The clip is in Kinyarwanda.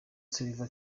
salva